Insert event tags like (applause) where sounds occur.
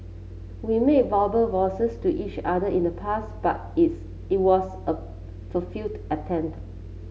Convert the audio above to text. we made verbal (unintelligible) to each other in the past but it's it was a (unintelligible) attempt